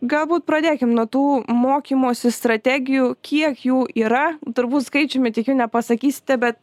galbūt pradėkim nuo tų mokymosi strategijų kiek jų yra turbūt skaičiumi tikiu nepasakysite bet